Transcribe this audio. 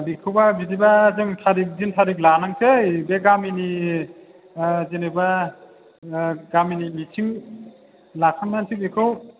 बेखौबा बिदिबा जों थारिक दिन थारिक लानोसै बे गामिनि जेनेबा गामिनि मिटिं लाखांनानैसो बेखौ